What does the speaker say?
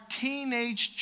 teenage